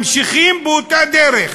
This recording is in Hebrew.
ממשיכים באותה דרך.